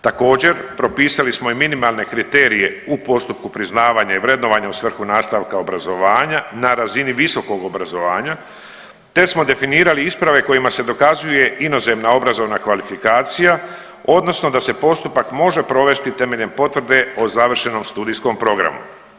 Također propisali smo i minimalne kriterije u postupku priznavanja i vrednovanja u svrhu nastavka obrazovanja na razini visokog obrazovanja, te smo definirali isprave kojima se dokazuje inozemna obrazovna kvalifikacija odnosno da se postupak može provesti temeljem potvrde o završenom studijskom programu.